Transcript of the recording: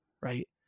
right